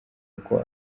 kuko